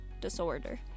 disorder